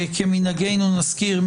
מיד כמובן אני אפנה לחברת הכנסת ח'טיב